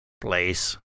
place